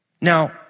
Now